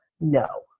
No